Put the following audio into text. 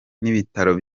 n’ibitaro